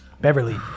Beverly